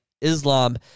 Islam